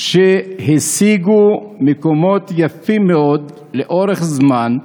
שהשיגו מקומות יפים מאוד לאורך זמן,